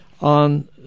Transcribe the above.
on